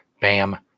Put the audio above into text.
Bam